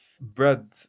bread